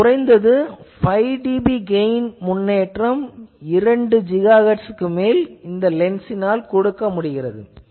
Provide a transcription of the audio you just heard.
எனவே குறைந்தது 5 dB gain முன்னேற்றம் 2 GHz க்கு மேல் இந்த லென்ஸ் கொடுக்கிறது